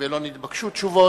ולא נתבקשו תשובות.